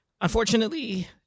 Unfortunately